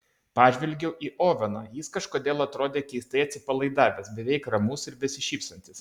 pažvelgiau į oveną jis kažkodėl atrodė keistai atsipalaidavęs beveik ramus ir besišypsantis